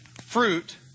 fruit